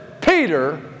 Peter